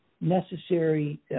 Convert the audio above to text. necessary